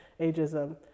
ageism